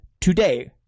today